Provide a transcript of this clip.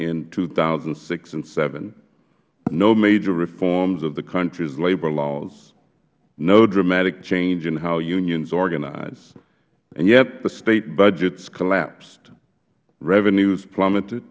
and two thousand and seven no major reforms of the countrys labor laws no dramatic change in how unions organize and yet the state budgets collapsed revenues plummeted